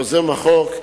יוזם החוק,